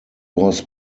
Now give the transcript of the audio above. was